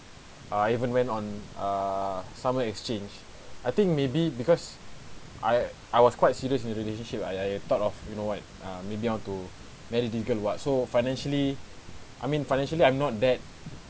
I even went on err summer exchange I think maybe because I I was quite serious in relationship I I thought of you know what ah maybe I want to marry this girl what so financially I mean financially I'm not that